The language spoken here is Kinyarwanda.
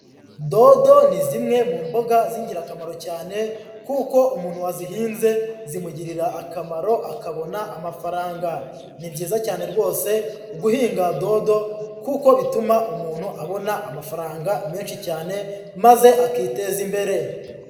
Dodo ni zimwe mu mboga z'ingirakamaro cyane, kuko umuntu wazihinze, zimugirira akamaro akabona amafaranga. Ni byiza cyane rwose guhinga dodo kuko bituma umuntu abona amafaranga menshi cyane maze akiteza imbere.